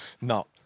No